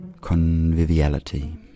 conviviality